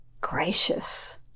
gracious